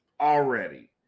Already